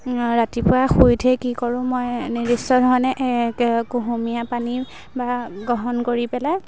ৰাতিপুৱা শুই উঠিয়েই কি কৰোঁ মই নিৰ্দিষ্ট ধৰণে কুহুমীয়া পানী বা গ্ৰহণ কৰি পেলাই